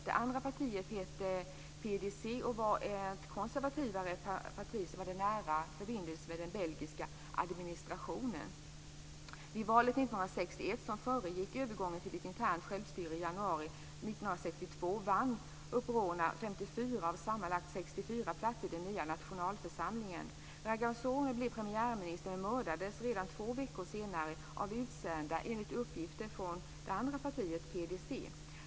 Det andra partiet hette PDC och var ett konservativare parti som hade nära förbindelse med den belgiska administrationen. Vid valet 1961, som föregick övergången till ett internt självstyre i januari 1962,vann Unprona 54 av sammanlagt 64 platser i den nya nationalförsamlingen. Rwagasone blev premiärminister men mördades två veckor senare av utsända, enligt uppgift, från PDC.